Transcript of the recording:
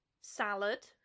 Salad